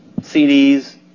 CDs